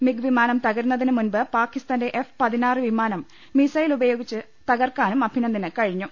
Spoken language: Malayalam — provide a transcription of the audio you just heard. മിഗ് വിമാനം തകരുന്നതിന് മുൻപ് പാകിസ്ഥാന്റെ എഫ്പൂർ വിമാനം മിസൈൽ ഉപയോ ഗിച്ച് തകർക്കാനും അഭിനന്ദിന് കഴിഞ്ഞു